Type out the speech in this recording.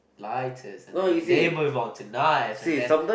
lighters and then they move on to knives and then